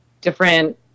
different